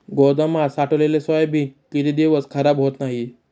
गोदामात साठवलेले सोयाबीन किती दिवस खराब होत नाही?